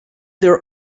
their